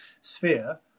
sphere